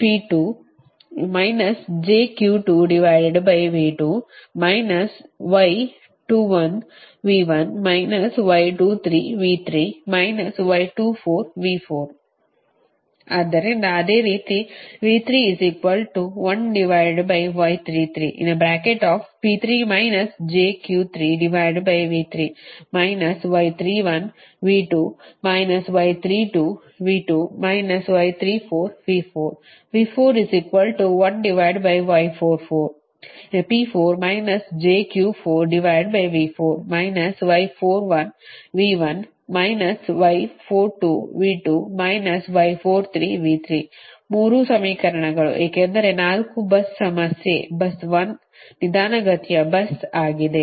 ಆದ್ದರಿಂದ ಆದ್ದರಿಂದ ಅದೇ ರೀತಿ ಮೂರು ಸಮೀಕರಣಗಳು ಏಕೆಂದರೆ 4 bus ಸಮಸ್ಯೆ bus 1 ನಿಧಾನಗತಿಯ bus ಆಗಿದೆ